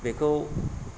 बेखौ